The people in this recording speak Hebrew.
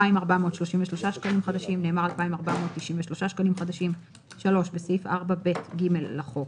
"2,433 שקלים חדשים" נאמר "2,493 שקלים חדשים"; בסעיף 4ב(ג) לחוק,